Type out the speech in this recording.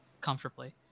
comfortably